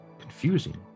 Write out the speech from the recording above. confusing